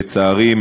לצערי,